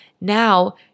Now